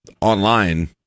online